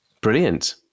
Brilliant